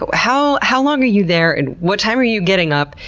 but how how long are you there and what time are you getting up?